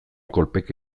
kolpeka